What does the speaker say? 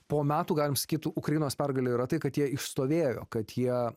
po metų galim sakyt ukrainos pergalė yra tai kad jie išstovėjo kad jie